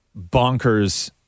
bonkers